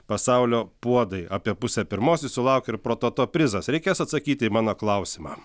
pasaulio puodai apie pusę pirmos jūsų laukia ir prototo prizas reikės atsakyti į mano klausimą